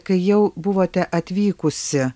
kai jau buvote atvykusi